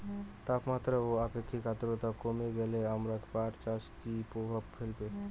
তাপমাত্রা ও আপেক্ষিক আদ্রর্তা কমে গেলে আমার পাট চাষে কী প্রভাব ফেলবে?